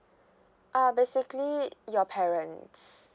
uh basically your parents